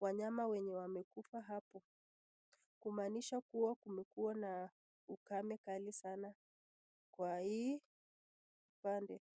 wanyama wenye wamekufa hapo, kumaanisha kumekua na ukame kali sana kwa hii pande.